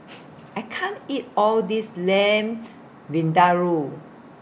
I can't eat All This Lamb Vindaloo